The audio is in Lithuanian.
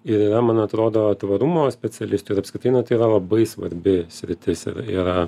ir yra man atrodo tvarumo specialistų ir apskritai na tai yra labai svarbi sritis ir yra